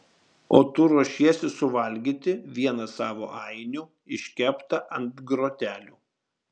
o tu ruošiesi suvalgyti vieną savo ainių iškeptą ant grotelių